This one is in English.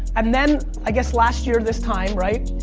and then, i guess last year this time, right,